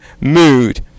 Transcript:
mood